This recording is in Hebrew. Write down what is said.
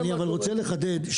אני אבל רוצה לחדד.